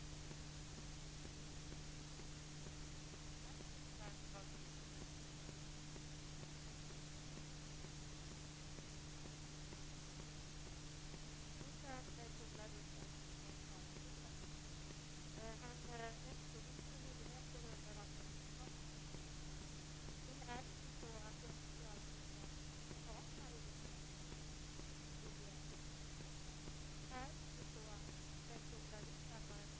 Jag hoppas att jag förstod honom rätt.